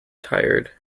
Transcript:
tired